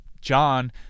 John